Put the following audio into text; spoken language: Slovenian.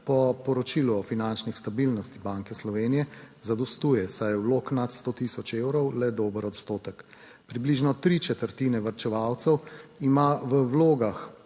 po poročilu o finančni stabilnosti Banke Slovenije zadostuje, saj je vlog nad 100 tisoč evrov le dober odstotek. Približno tri četrtine varčevalcev ima v vlogah